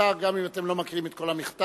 נמסר גם אם אתם לא מקריאים את כל המכתב.